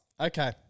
Okay